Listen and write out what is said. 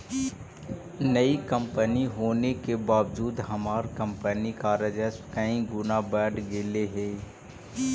नई कंपनी होने के बावजूद हमार कंपनी का राजस्व कई गुना बढ़ गेलई हे